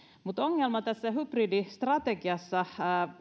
ongelma tässä hybridistrategiassa on